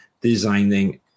designing